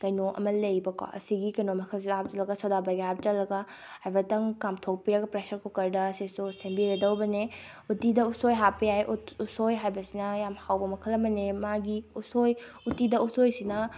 ꯀꯩꯅꯣ ꯑꯃ ꯂꯩꯕꯀꯣ ꯑꯁꯤꯒꯤ ꯀꯩꯅꯣ ꯃꯈꯜꯁꯦ ꯂꯣꯏ ꯍꯥꯞꯆꯤꯜꯂꯒ ꯁꯣꯗꯥ ꯕꯥꯏꯒꯞ ꯍꯥꯞꯆꯤꯜꯂꯒ ꯍꯥꯏꯐꯦꯠꯇꯪ ꯀꯥꯝꯊꯣꯛꯄꯤꯔꯒ ꯄ꯭ꯔꯦꯁꯔ ꯀꯨꯀꯔꯗ ꯁꯤꯁꯨ ꯁꯦꯝꯕꯤꯒꯗꯧꯕꯅꯦ ꯎꯇꯤꯗ ꯎꯁꯣꯏ ꯍꯥꯞꯄ ꯌꯥꯏ ꯎꯁꯣꯏ ꯍꯥꯏꯕꯁꯤꯅ ꯌꯥꯝ ꯍꯥꯎꯕ ꯃꯈꯜ ꯑꯃꯅꯦ ꯃꯥꯒꯤ ꯎꯁꯣꯏ ꯎꯇꯤꯗ ꯎꯁꯣꯏꯁꯤꯅ